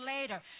later